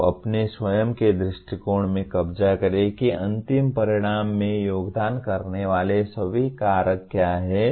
आप अपने स्वयं के दृष्टिकोण में कब्जा करे कि अंतिम परिणाम में योगदान करने वाले सभी कारक क्या हैं